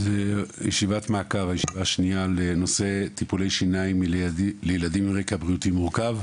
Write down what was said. זאת ישיבת מעקב בנושא טיפולי שיניים לילדים עם רקע בריאותי מורכב.